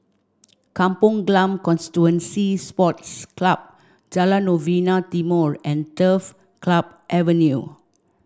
Kampong Glam Constituency Sports Club Jalan Novena Timor and Turf Club Avenue